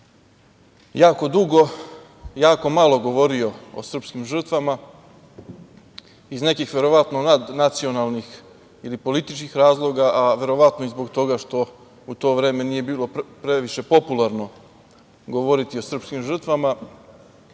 jako dugo, jako malo govorio o srpskim žrtvama, iz nekih verovatno nadnacionalnih ili političkih razloga, a verovatno i zbog toga što u to vreme nije bilo previše popularno govoriti o srpskim žrtvama.I